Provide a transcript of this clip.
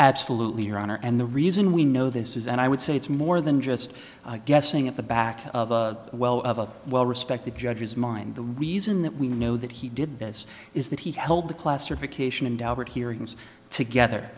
absolutely your honor and the reason we know this is that i would say it's more than just guessing at the back of a well of a well respected judge's mind the reason that we know that he did this is that he held the classification and daubert hearings together